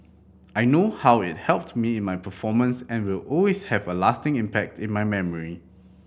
I know how it helped me in my performance and will always have a lasting impact in my memory